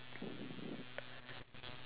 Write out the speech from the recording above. we can buy it at geylang [what]